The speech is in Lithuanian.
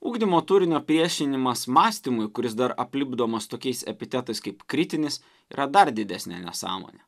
ugdymo turinio priešinimas mąstymui kuris dar aplipdomas tokiais epitetais kaip kritinis yra dar didesnė nesąmonė